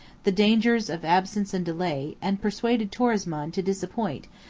the dangers of absence and delay and persuaded torismond to disappoint,